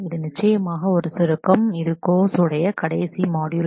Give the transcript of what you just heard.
இது நிச்சயமாக ஒரு சுருக்கம் கோர்ஸ் சம்மரைசேஷன் இது கோர்ஸ் உடைய கடைசி மாட்யூல்